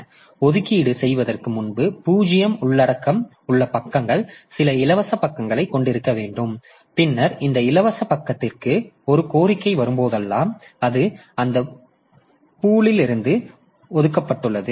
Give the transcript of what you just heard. எனவே ஒதுக்கீடு செய்வதற்கு முன்பு 0 உள்ளடக்கம் உள்ள பக்கங்கள் சில இலவச பக்கங்களைக் கொண்டிருக்க வேண்டும் பின்னர் இந்த இலவச பக்கத்திற்கு ஒரு கோரிக்கை வரும்போதெல்லாம் அது அந்தக் பூல்லிருந்து ஒதுக்கப்பட்டுள்ளது